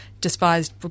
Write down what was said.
despised